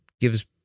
gives